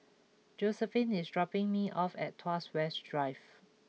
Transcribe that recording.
Josephine is dropping me off at Tuas West Drive